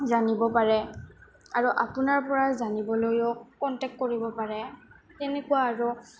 জানিব পাৰে আৰু আপোনাৰ পৰা জানিবলৈও কণ্টেক্ট কৰিব পাৰে তেনেকুৱা আৰু